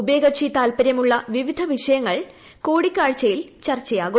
ഉഭയകക്ഷി താൽപ്പര്യമുള്ള വിവിധ വിഷയങ്ങൾ കൂടിക്കാഴ്ചയിൽ ചർച്ചയാകും